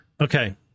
Okay